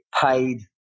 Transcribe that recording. paid